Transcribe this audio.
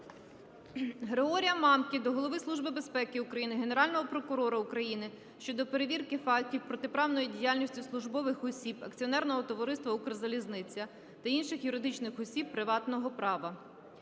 Григорія Мамки до Голови Служби безпеки України, Генерального прокурора України щодо перевірки фактів протиправної діяльності службових осіб Акціонерного товариства "Укрзалізниця" та інших юридичних осіб приватного права.